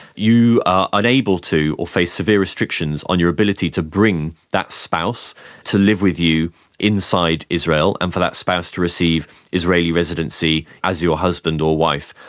you are unable to or face severe restrictions on your ability to bring that spouse to live with you inside israel and for that spouse to receive israeli residency as your husband or wife.